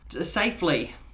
safely